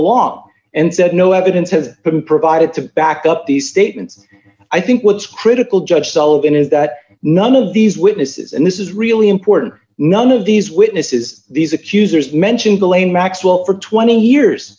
along and said no evidence has been provided to back up these statements i think what's critical judge sullivan is that none of these witnesses and this is really important none of the these witnesses these accusers mentioned the way maxwell for twenty years